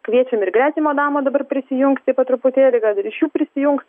kviečiam ir gretimo namo dabar prisijungti po truputėlį gal ir iš jų prisijungs